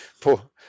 poor